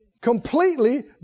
Completely